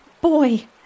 boy